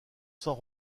sans